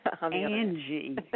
Angie